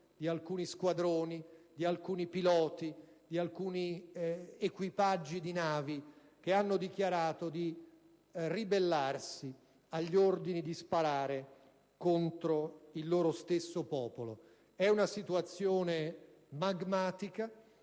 di alcuni squadroni, di alcuni piloti, di alcuni equipaggi di navi, che hanno dichiarato di ribellarsi agli ordini di sparare contro il loro stesso popolo. Si tratta di una situazione magmatica.